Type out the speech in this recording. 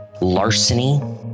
larceny